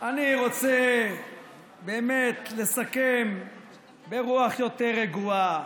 אני רוצה באמת לסכם ברוח יותר רגועה,